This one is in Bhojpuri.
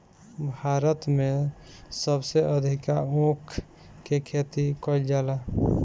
भारत में सबसे अधिका ऊख के खेती कईल जाला